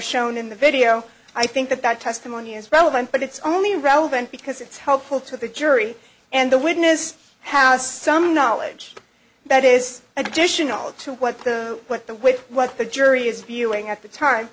shown in the video i think that that testimony is relevant but it's only relevant because it's helpful to the jury and the witness has some knowledge that is additional to what put the weight what the jury is viewing at the time